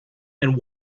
and